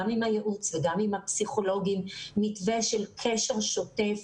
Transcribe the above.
גם עם הייעוץ וגם עם הפסיכולוגים הוא מתווה של קשר שוטף.